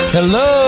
Hello